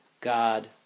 God